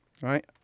Right